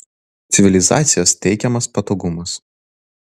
civilizacijos teikiamas patogumas